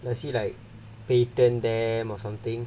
does he like patent them or something